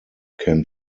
can